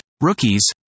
rookies